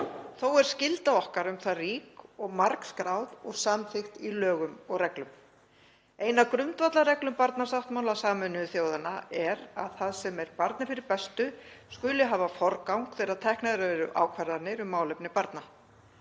Þó er skylda okkar um það rík og margskráð og samþykkt í lögum og reglum. Ein af grundvallarreglum barnasáttmála Sameinuðu þjóðanna er að það sem er barni fyrir bestu skuli hafa forgang þegar teknar eru ákvarðanir um málefni barna.